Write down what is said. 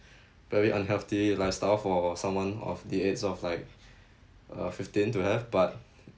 very unhealthy lifestyle for someone of the age of like uh fifteen to have but